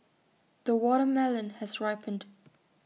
the watermelon has ripened